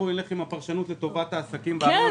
אנחנו נלך עם הפרשנות לטובת העסקים בערים